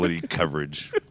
coverage